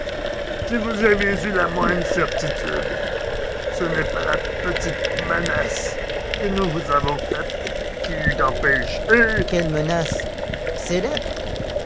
si vous aviez eu la moindre certitude ce n'est pas la petite menace que nous vous avons faite qui eût empêché quelle menace ces lettres